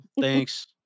thanks